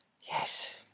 Yes